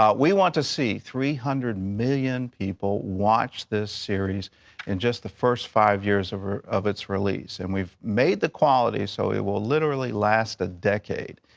um we want to see three hundred million people watch this series in just the first five years of of its release. and we've made the quality so it will literally last a decade.